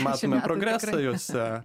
matome progresą juose